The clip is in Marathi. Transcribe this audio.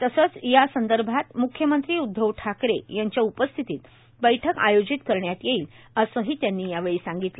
तसेच यासंदर्भात म्ख्यमंत्री उद्धव ठाकरे यांच्या उपस्थितीत बैठक आयोजित करण्यात येईल असेही त्यांनी यावेळी सांगितले